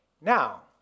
Now